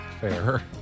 Fair